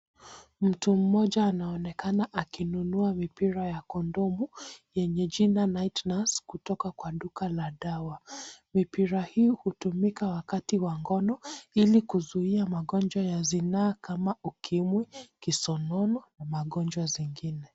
Mtu mmoja anaonekana akinunua mipira ya kondomu, yenye jina Night Nurse, kutoka kwa duka la dawa. Mipira hii hutumika wakati wa ngono, ili kuzuia magonjwa ya zinaa kama, ukimwi, kisonono, na magonjwa zingine.